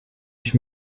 ich